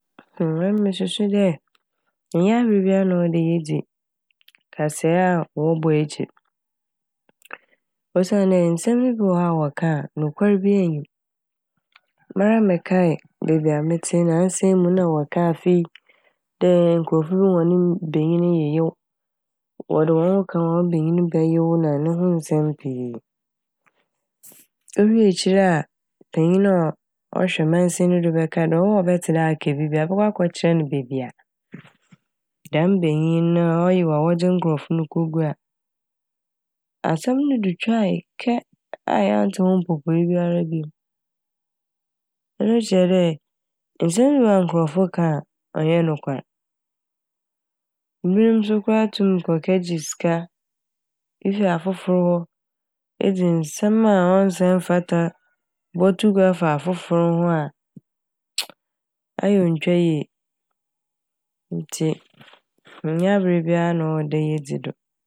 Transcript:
Emi mususu dɛ nnyɛ aber baira na ɔwɔ dɛ yedzi kasɛe a wɔbɔ ekyir osiandɛ nsɛm ne bi wɔ hɔ a wɔka a nokwar biara nnyi m'. Mara mekae beebi a metse naansa yi mu wɔka afe yi dɛ nkorɔfo hɔn ba- banyin yeyew. Wɔde hɔn ho ka wo a wo banyin bɛyew na ne ho nsɛm pii. Owie ekyir a panyin a ɔ - ɔhwɛ mansin no dɛ bɛka dɛ ɔwo a ɔbɛtse dɛ aka bi biara ebɔkɔ akɛkyerɛ n' beebi a dɛm banyin no a ɔyew a wɔdze nkorɔfo no kogu a, asɛm no do twae kɛ a yɛanntse ne ho mpopoe biara biom. Ɛno kyerɛ dɛ nsɛm ne bi wɔ hɔ nkorɔfo ka a ɔnnyɛ nokwar, binom so koraa tum kɔ kɛgye sika efi afofor hɔ edze nsɛm a ɔnnsɛ mmfata bɔto gua fa afofor ho a ayɛ a onntwa yie. Ntsi ɔnnyɛ aber biara na ɔwɔ dɛ yedzi do.